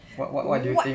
what